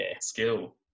skill